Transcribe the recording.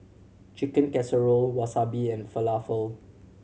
Chicken Casserole Wasabi and Falafel